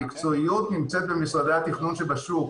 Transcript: המקצועיות נמצאת במשרדי התכנון שבשוק.